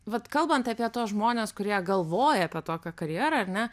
vat kalbant apie tuos žmones kurie galvoja apie tokią karjerą ar ne